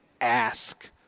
ask